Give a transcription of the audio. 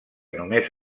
només